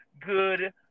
good